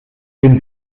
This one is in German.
bin